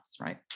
right